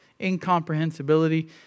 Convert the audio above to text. incomprehensibility